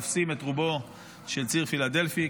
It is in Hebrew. ותופסים את רובו של ציר פילדלפי,